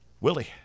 Willie